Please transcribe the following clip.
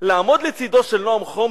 לעמוד לצדו של נועם חומסקי,